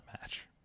match